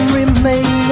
remain